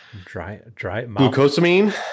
Glucosamine